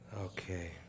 Okay